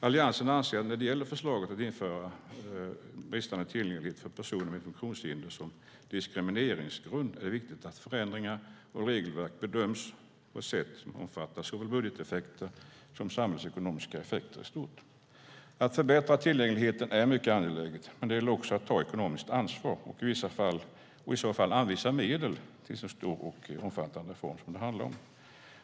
Alliansen anser att när det gäller förslaget att införa bristande tillgänglighet för personer med funktionshinder som diskrimineringsgrund är det viktigt att förändringar av regelverk bedöms på ett sätt som omfattar såväl budgeteffekter som samhällsekonomiska effekter i stort. Att förbättra tillgängligheten är mycket angeläget, men det gäller också att ta ekonomiskt ansvar och i så fall anvisa medel till en så stor och omfattande reform som det handlar om.